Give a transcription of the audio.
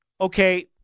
okay